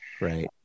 Right